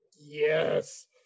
Yes